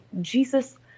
Jesus